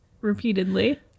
repeatedly